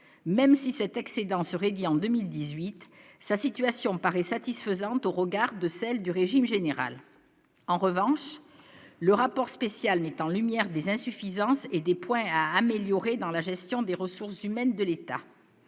même si cet excédent se réduit en 2018 sa situation paraît satisfaisante au regard de celles du régime général, en revanche, le rapport spécial n'étant en lumière des insuffisances et des points à améliorer dans la gestion des ressources humaines de l'État,